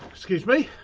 scuse me,